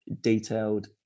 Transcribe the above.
detailed